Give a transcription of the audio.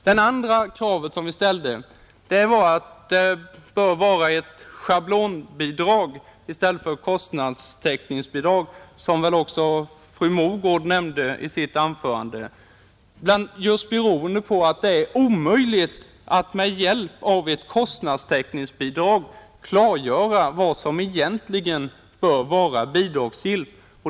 Det andra kravet vi ställde var, att det bör vara ett schablonbidrag i stället för kostnadstäckningsbidrag — vilket väl också fru Mogård nämnde i sitt anförande — och detta just beroende på att det är omöjligt att med hjälp av ett kostnadstäckningsbidrag klargöra vad som egentligen bör vara bidragsgillt.